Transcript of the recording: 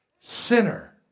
sinner